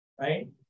right